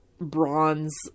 bronze